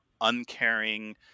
uncaring